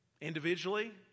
Individually